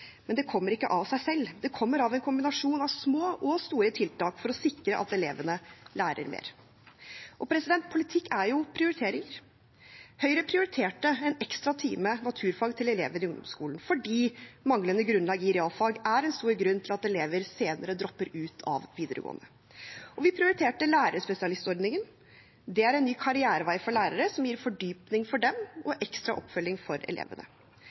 Men det kommer ikke av seg selv. Det kommer av en kombinasjon av små og store tiltak for å sikre at elevene lærer mer. Og politikk er jo prioriteringer. Høyre prioriterte en ekstra time naturfag til elever i ungdomsskolen fordi manglende grunnlag i realfag er en stor grunn til at elever senere dropper ut av videregående. Vi prioriterte lærerspesialistordningen. Det er en ny karrierevei for lærere, som gir fordypning for dem og ekstra oppfølging for elevene.